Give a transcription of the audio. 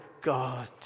God